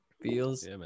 Feels